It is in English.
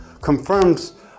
Confirms